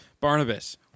Barnabas